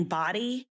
body